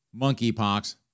monkeypox